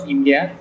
India